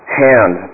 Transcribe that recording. hand